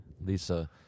lisa